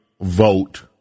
vote